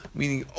meaning